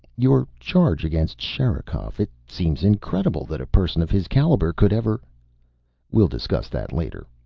your charge against sherikov. it seems incredible that a person of his caliber could ever we'll discuss that later,